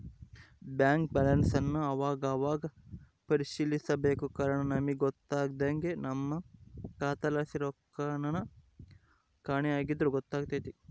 bank ಬ್ಯಾಲನ್ಸನ್ ಅವಾಗವಾಗ ಪರಿಶೀಲಿಸ್ಬೇಕು ಕಾರಣ ನಮಿಗ್ ಗೊತ್ತಾಗ್ದೆ ನಮ್ಮ ಖಾತೆಲಾಸಿ ರೊಕ್ಕೆನನ ಕಾಣೆ ಆಗಿದ್ರ ಗೊತ್ತಾತೆತೆ